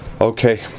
Okay